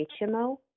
HMO